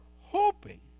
hoping